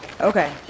Okay